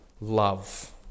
Love